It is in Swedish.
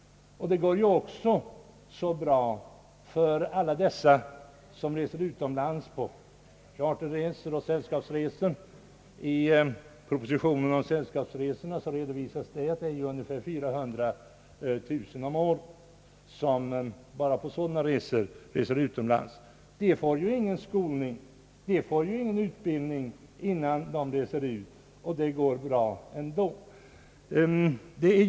Det går också så bra för alla dessa som reser utomlands på charterresor och sällskapsresor. I propositionen om sällskapsresorna redovisas att ungefär 400 000 svenskar varje år reser utomlands bara på sådana resor. De får ju ingen undervisning innan de reser ut, men det går bra ändå.